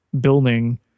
building